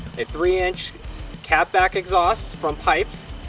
a three inch cat-back exhaust from pypes.